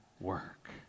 work